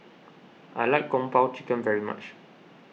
I like Kung Po Chicken very much